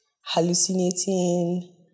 hallucinating